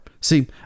See